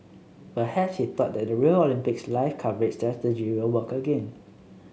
perhaps he thought that the Rio Olympics live coverage strategy will work again